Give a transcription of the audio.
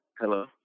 Hello